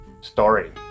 story